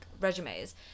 resumes